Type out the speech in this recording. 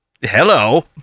Hello